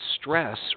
stress